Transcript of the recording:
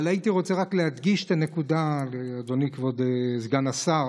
אבל הייתי רוצה רק להדגיש את הנקודה לאדוני כבוד סגן השר